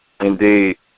Indeed